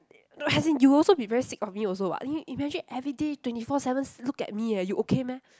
like as in you also be very sick of me also [what] in imagine everyday twenty four sevens look at me eh you okay meh